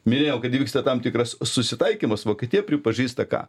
minėjau kad vyksta tam tikras susitaikymas vokietija pripažįsta ką